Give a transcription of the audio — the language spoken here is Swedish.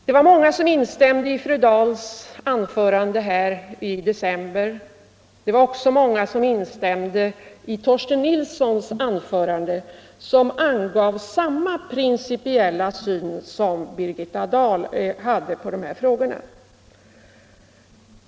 Det var många som instämde i fru Dahls anförande i december. Det var också många som instämde i Torsten Nilssons anförande som angav samma principiella syn som Birgitta Dahl hade på de här frågorna.